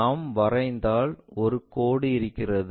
நாம் வரைந்தால் ஒரு கோடு இருக்கிறது